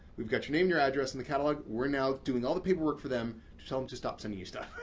we've got your name and your address and the catalog. we're now doing all the paperwork for them to tell them to stop sending you stuff.